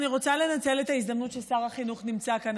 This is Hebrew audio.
אני רוצה לנצל את ההזדמנות ששר החינוך נמצא כאן,